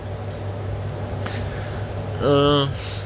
uh